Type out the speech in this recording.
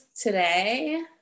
Today